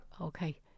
Okay